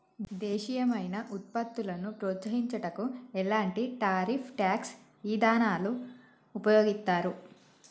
దేశీయమైన వృత్పత్తులను ప్రోత్సహించుటకు ఎలాంటి టారిఫ్ ట్యాక్స్ ఇదానాలు ఉపయోగిత్తారు